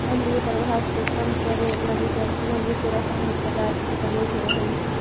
अम्लीय प्रभाव के कम करे लगी कैल्सियम युक्त रसायनिक पदार्थ के प्रयोग होवऽ हई